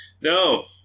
No